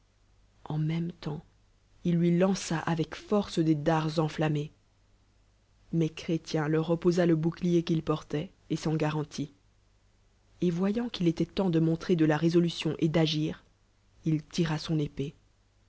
en même temps il lui lança avec force des dards enflammés mais chrétien leur oppoiil le bouclier qu'il porlait et s'en garantit et voyant qu'il éloil temps de montrer de la résolution et d'qir il tira son épée